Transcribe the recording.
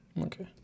Okay